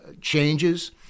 changes